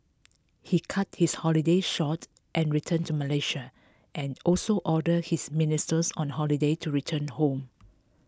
he cut his holiday short and returned to Malaysia and also ordered his ministers on holiday to return home